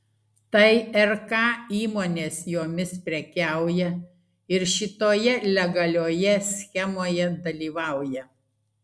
tai rk įmonės jomis prekiauja ir šitoje legalioje schemoje dalyvauja